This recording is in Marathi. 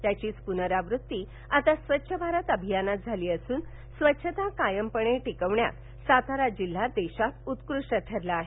त्याचीच पुनरावृत्ती आता स्वच्छ भारत अभियानात झाली असून स्वच्छता कायमपणे टिकवण्यात सातारा जिल्हा देशात उत्कृष्ट ठरला आहे